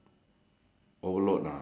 I put asking for help can or not